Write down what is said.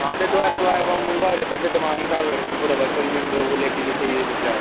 हां ते दवारा दवारा मंगवाओ रेत्ता इत्थै दमाग निं खराब करेओ इत्थै पूरा वर्कर इ'यां लेटी दे सेई दे चुप्पचाप